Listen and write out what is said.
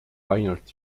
ainult